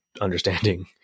understanding